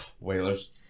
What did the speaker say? Whalers